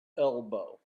elbow